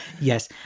Yes